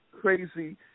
crazy